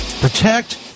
Protect